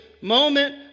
moment